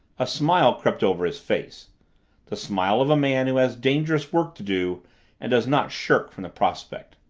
a smile crept over his face the smile of a man who has dangerous work to do and does not shrink from the prospect.